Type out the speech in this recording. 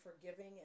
forgiving